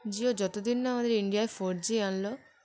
জিও যতদিন না আমাদের ইন্ডিয়ায় ফোর জি আনল